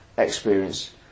experience